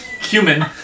Cumin